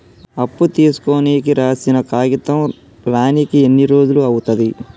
అప్పు తీసుకోనికి రాసిన కాగితం రానీకి ఎన్ని రోజులు అవుతది?